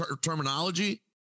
terminology